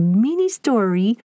mini-story